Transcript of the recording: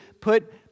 put